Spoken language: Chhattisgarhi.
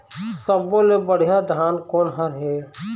सब्बो ले बढ़िया धान कोन हर हे?